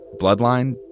bloodline